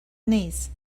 knees